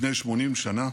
לפני 80 שנה